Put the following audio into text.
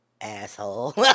Asshole